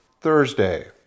Thursday